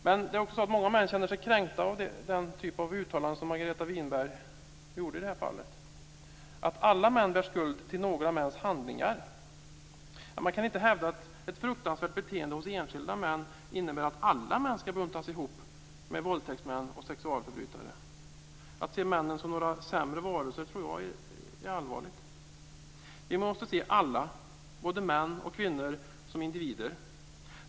Men många män känner sig kränkta av den typ av uttalande som Margareta Winberg gjorde här, dvs. att alla män bär skuld till några mäns handlingar. Man kan inte hävda att ett fruktansvärt beteende hos enskilda män innebär att alla män skall buntas ihop med våldtäktsmän och sexualförbrytare. Det är allvarligt att se män som sämre varelser. Vi måste se alla, både män och kvinnor, som individer.